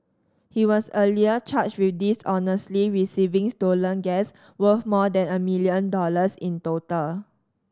he was earlier charged with dishonestly receiving stolen gas worth more than a million dollars in total